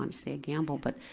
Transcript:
um say a gamble, but,